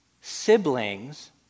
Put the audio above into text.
Siblings